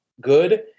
good